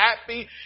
happy